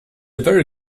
very